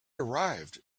arrived